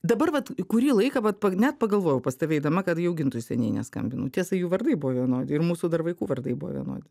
dabar vat kurį laiką vat pa net pagalvojau pas tave eidama kad jau gintui seniai neskambinu tiesa jų vardai buvo vienodi ir mūsų dar vaikų vardai buvo vienodi